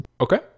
Okay